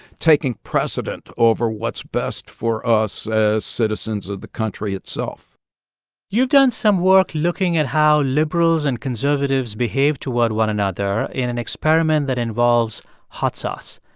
taking precedent over what's best for us as citizens of the country itself you've done some work looking at how liberals and conservatives behave toward one another in an experiment that involves hot sauce.